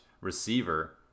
receiver